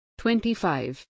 25